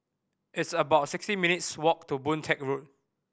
it's about sixty minutes' walk to Boon Teck Road